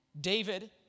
David